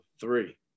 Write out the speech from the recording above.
three